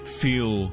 feel